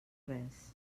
res